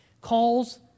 calls